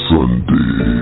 Sunday